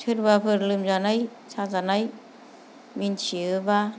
सोरबाफोर लोमजानाय साजानाय मिन्थियोब्ला